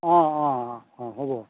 অঁ অঁ অঁ অঁ হ'ব